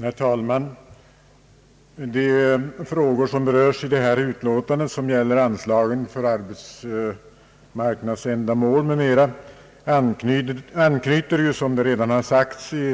Herr talman! De frågor som berörs i detta utlåtande, som gäller anslagen för arbetsmarknadsändamål m.m., anknyter, såsom den